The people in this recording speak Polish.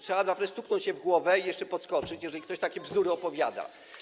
Trzeba naprawdę stuknąć się w głowę i jeszcze podskoczyć, jeżeli ktoś takie bzdury opowiada.